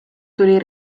tuli